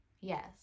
Yes